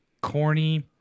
corny